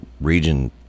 region